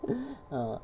uh